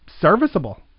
serviceable